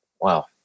wow